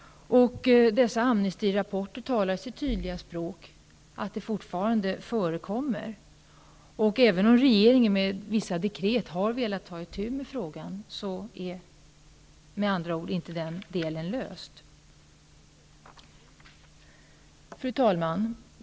Dessa Amnestyrapporter talar sitt tydliga språk om att detta fortfarande förekommer. Även om regeringen har velat ta itu med frågan genom vissa dekret, är inte den delen löst. Fru talman!